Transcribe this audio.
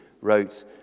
wrote